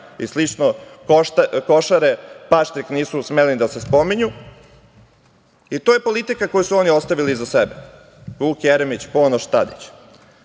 i slično, Košare i Paštrik nisu smeli da se spominju. To je politika koju su oni ostavili iza sebe. Vuk Jeremić, Ponoš,